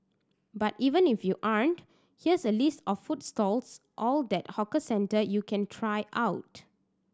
but even if you aren't here is a list of food stalls all that hawker center you can try out